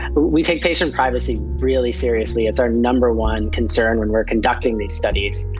but we take patient privacy really seriously, it's our number one concern when we're conducting these studies.